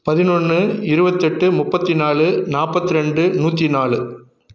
பதினொன்று இருபத்தெட்டு முப்பத்தி நாலு நாற்பத்துரெண்டு நூற்றி நாலு